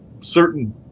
certain